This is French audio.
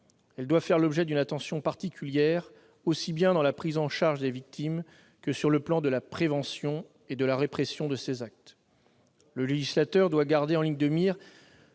Elles doivent faire l'objet d'une attention particulière, aussi bien dans la prise en charge des victimes que sur le plan de la prévention et de la répression de ces actes. Le législateur doit garder en ligne de mire